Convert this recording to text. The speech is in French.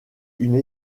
une